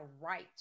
right